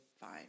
fine